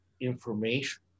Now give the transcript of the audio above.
information